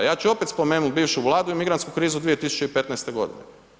Ja ću opet spomenut bivšu vladu i migrantsku krizu 2015. godine.